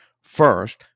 first